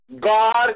God